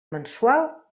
mensual